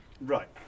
Right